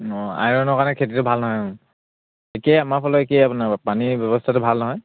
অঁ আইৰণৰ কাৰণে খেতিটো ভাল নহয় একে আমাৰ ফালে একে আপোনাৰ পানীৰ ব্যৱস্থাটো ভাল নহয়